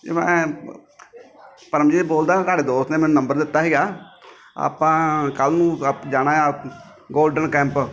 ਜੀ ਮੈਂ ਪਰਮਜੀਤ ਬੋਲਦਾ ਤੁਹਾਡੇ ਦੋਸਤ ਨੇ ਮੈਨੂੰ ਨੰਬਰ ਦਿੱਤਾ ਸੀਗਾ ਆਪਾਂ ਕੱਲ੍ਹ ਨੂੰ ਜਾਣਾ ਆ ਗੋਲਡਨ ਕੈਂਪ